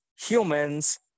humans